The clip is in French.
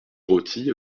roty